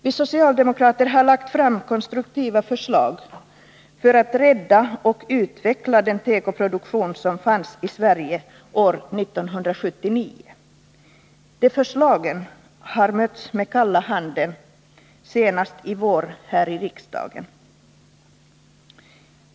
Vi socialdemokrater har lagt fram konstruktiva förslag för att rädda och utveckla den tekoproduktion som fanns i Sverige år 1979. De förslagen har mötts med kalla handen, senast i vår här i riksdagen.